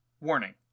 Warning